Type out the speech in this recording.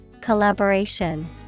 Collaboration